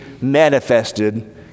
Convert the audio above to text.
manifested